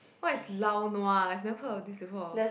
what's lao nua I never heard of this before